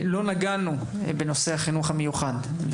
לא נגענו בנושא החינוך המיוחד,